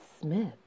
Smith